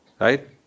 right